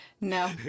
No